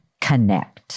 Connect